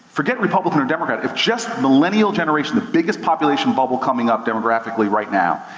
forget republican or democrat, if just millennial generation, the biggest population bubble coming up demographically right now,